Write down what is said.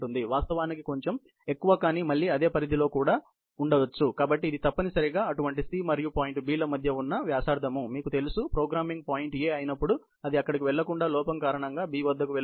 వాస్తవానికి కొంచెం ఎక్కువ కానీ మళ్ళీ అదే పరిధిలో కూడా కావచ్చు కాబట్టి ఇది తప్పనిసరిగా అటువంటి C మరియు పాయింట్ B ల మధ్య ఉన్న వ్యాసార్థం మీకు తెలుసు ప్రోగ్రామింగ్ పాయింట్ A అయినప్పుడు అది అక్కడికి వెళ్లకుండా లోపం కారణంగా B వద్దకు వెళుతుంది